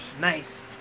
Nice